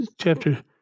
chapter